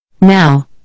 Now